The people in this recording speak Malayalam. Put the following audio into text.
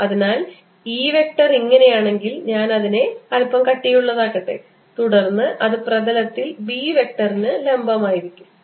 അതിനാൽ E വെക്റ്റർ ഇങ്ങനെയാണെങ്കിൽ ഞാൻ അതിനെ അല്പം കട്ടിയുള്ളതാക്കട്ടെ തുടർന്ന് അതേ പ്രതലത്തിൽ B വെക്റ്റർ ലംബമായിരിക്കണം